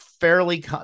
fairly